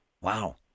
Wow